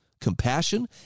compassion